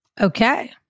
Okay